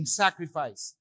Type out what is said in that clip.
sacrifice